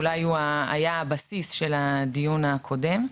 אולי הוא היה הבסיס של הדיון הקודם.